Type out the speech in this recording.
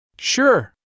Sure